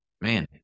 man